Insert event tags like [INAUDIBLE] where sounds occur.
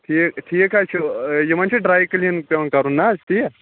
ٹھیٖک ٹھیٖک حظ چھُ یِمن چھِ ڈرٛاے کٕلیٖن پٮ۪وان کَرُن نَہ حظ [UNINTELLIGIBLE]